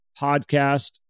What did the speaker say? Podcast